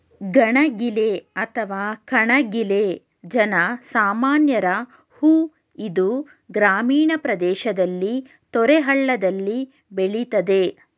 ಗಣಗಿಲೆ ಅಥವಾ ಕಣಗಿಲೆ ಜನ ಸಾಮಾನ್ಯರ ಹೂ ಇದು ಗ್ರಾಮೀಣ ಪ್ರದೇಶದಲ್ಲಿ ತೊರೆ ಹಳ್ಳದಲ್ಲಿ ಬೆಳಿತದೆ